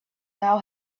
now